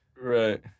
Right